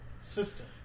system